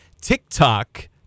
TikTok